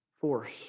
force